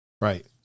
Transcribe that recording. Right